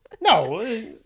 No